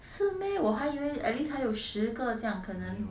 是 meh 我还以为 at least 还有十个这样可能